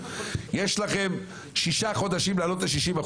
יש לכם שישה חודשים לעלות ל-60%.